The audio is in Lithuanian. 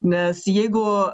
nes jeigu